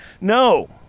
No